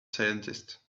scientist